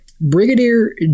Brigadier